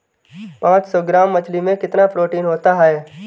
पांच सौ ग्राम मछली में कितना प्रोटीन होता है?